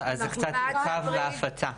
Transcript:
זה קצת עוכב בהפצה.